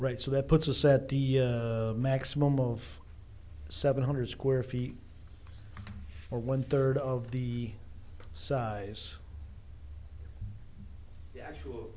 right so that puts a set the maximum of seven hundred square feet or one third of the size actual